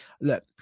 look